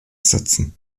setzen